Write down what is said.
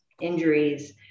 injuries